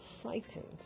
Frightened